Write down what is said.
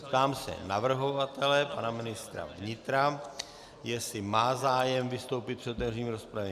Ptám se navrhovatele pana ministra vnitra, jestli má zájem vystoupit před otevřením rozpravy.